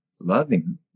loving